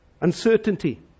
Uncertainty